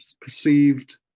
perceived